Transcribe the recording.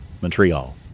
Montreal